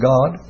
God